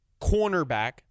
cornerback